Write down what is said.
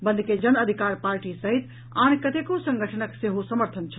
बंद के जनअधिकार पार्टी सहित आन कतेको संगठनक सेहो समर्थन छल